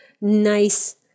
nice